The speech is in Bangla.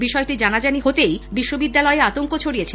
বিষয়টি জানাজানি হতেই বিশ্ববিদ্যালয়ে আতংক ছড়িয়েছে